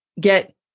get